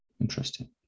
interesting